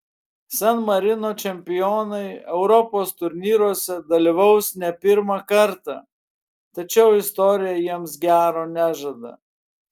san marino čempionai europos turnyruose dalyvaus ne pirmą kartą tačiau istorija jiems gero nežada